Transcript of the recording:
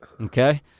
Okay